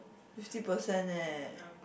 fifty percent leh